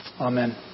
Amen